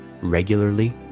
regularly